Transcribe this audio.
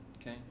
Okay